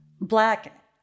Black